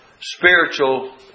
spiritual